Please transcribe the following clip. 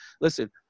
listen